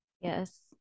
Yes